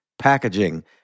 packaging